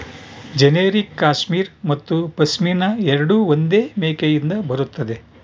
generic cashmere ಮತ್ತು ಪಶ್ಮಿನಾ ಎರಡೂ ಒಂದೇ ಮೇಕೆಯಿಂದ ಬರುತ್ತದೆ